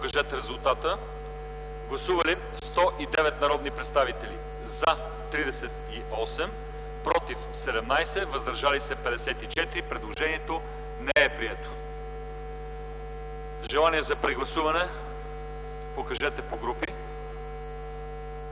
да гласуват. Гласували 109 народни представители: за 38, против 17, въздържали се 54. Предложението не е прието. Желание за прегласуване? Заповядайте.